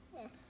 Yes